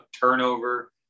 turnover